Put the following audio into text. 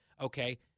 okay